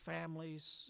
families